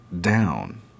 Down